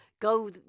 go